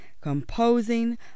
composing